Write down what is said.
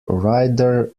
ryder